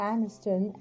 Aniston